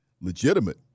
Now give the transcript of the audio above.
legitimate